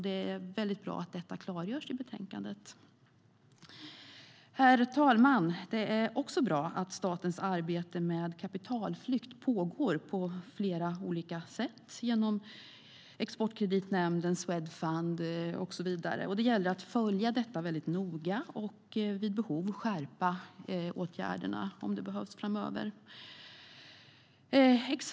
Det är väldigt bra att detta klargörs i betänkandet. Herr talman! Det är också bra att statens arbete med kapitalflykt pågår på flera olika sätt - genom Exportkreditnämnden, Swedfund och så vidare. Det gäller att följa detta väldigt noga och vid behov skärpa åtgärderna framöver.